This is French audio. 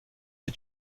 les